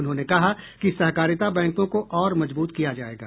उन्होंने कहा कि सहकारिता बैंकों को और मजब्रत किया जायेगा